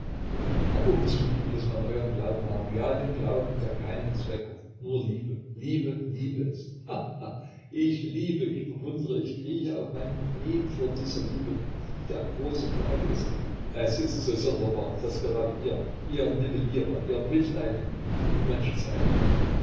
aber um zu lieben muß man euren glauben haben ja den glauben der keinen zweck hat nur liebe liebe liebe ist he he he ich liebe ich bewundere ich krieche auf meinen knien vor dieser liebe die der große glaube ist es ist so sonderbar daß gerade ihr ihr nivellierer ihr mitleidigen die übermenschen seid